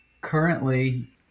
currently